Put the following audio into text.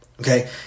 Okay